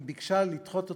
היא ביקשה לדחות אותו,